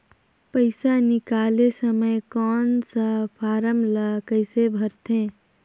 पइसा निकाले समय कौन सा फारम ला कइसे भरते?